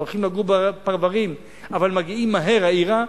הולכים לגור בפרברים אבל מגיעים מהר העירה,